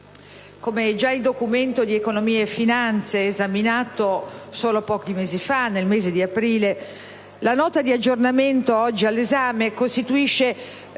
come già il Documento di economia e finanza, esaminato solo pochi mesi fa, nel mese di aprile, la Nota di aggiornamento oggi all'esame costituisce